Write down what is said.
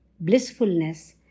blissfulness